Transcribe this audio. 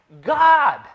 God